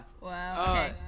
Wow